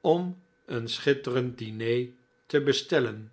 om een schitterend diner te bestellen